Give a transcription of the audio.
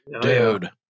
Dude